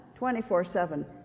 24-7